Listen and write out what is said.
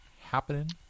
Happening